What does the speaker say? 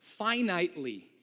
finitely